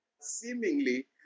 seemingly